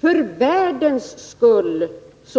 För världens skull